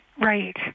Right